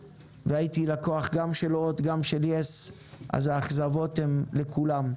והייתי לקוח גם של הוט וגם של יס אז האכזבות הן מכולם.